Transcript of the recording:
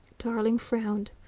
tarling frowned.